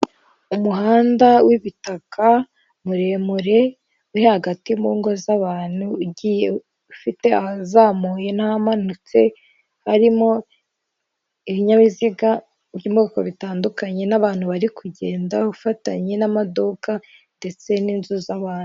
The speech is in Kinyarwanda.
Umuhanda w'ibitaka muremure uri hagati mu ngo z'abantu ugiye ufite ahazamuye n'ahamanutse, harimo ibinyabiziga byo mu bwoko bitandukanye n'abantu bari kugenda, ufatanye n'amaduka ndetse n'inzu z'abantu.